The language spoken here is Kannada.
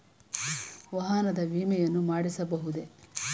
ವಾಹನದ ವಿಮೆಯನ್ನು ಮಾಡಿಸಬಹುದೇ?